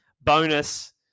bonus